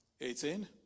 Eighteen